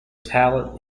talent